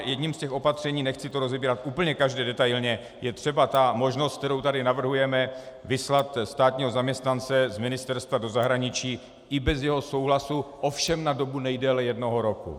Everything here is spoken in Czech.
Jedním z opatření nechci rozebírat úplně každé detailně je třeba možnost, kterou tady navrhujeme, vyslat státního zaměstnance z ministerstva do zahraničí i bez jeho souhlasu, ovšem na dobu nejdéle jednoho roku.